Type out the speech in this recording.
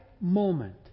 moment